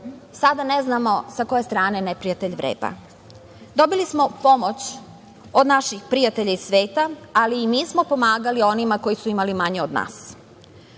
Sada ne znamo sa koje strane neprijatelj vreba. Dobili smo pomoć od naših prijatelja iz sveta, ali i mi smo pomagali onima koji su imali manje od nas.